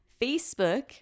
Facebook